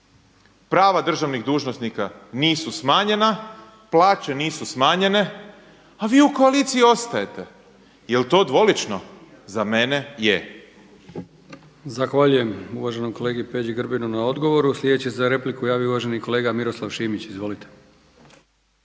Prava državnih dužnosnika nisu smanjena, plaće nisu smanjene a vi u koaliciji ostajete. Jel to dvolično? Za mene je.